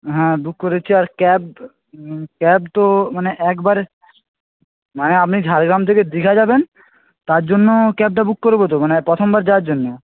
হ্যাঁ বুক করেছি আর ক্যাব ক্যাব তো মানে একবারে মানে আপনি ঝাড়গ্রাম থেকে দীঘা যাবেন তার জন্য ক্যাবটা বুক করব তো মানে প্রথমবার যাওয়ার জন্য